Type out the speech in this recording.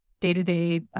day-to-day